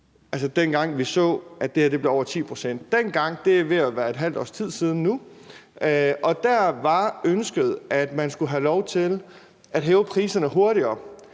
dengang vi så, at det her blev over 10 pct. Det er ved at være et halvt års tid siden nu, og der var ønsket, at man skulle have lov til at hæve priserne hurtigere.